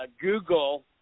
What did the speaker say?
Google